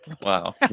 Wow